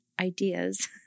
Ideas